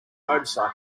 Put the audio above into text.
motorcycle